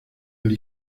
del